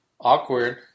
awkward